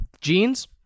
jeans